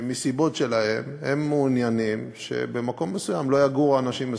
שמסיבות שלהם הם מעוניינים שבמקום מסוים לא יגורו אנשים מסוימים.